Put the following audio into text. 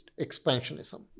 expansionism